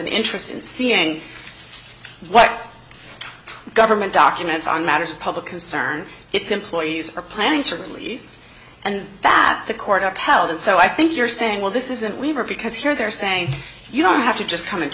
an interest in seeing what government documents on matters of public concern its employees are planning to and that the court upheld it so i think you're saying well this isn't we were because here they're saying you don't have to just come and